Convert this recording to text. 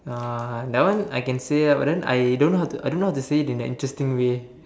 uh that one I can say that but then I don't know I don't know how to say it in an interesting way